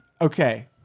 Okay